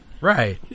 Right